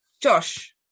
Josh